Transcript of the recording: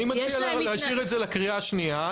אני מציע להשאיר את זה לקריאה השנייה.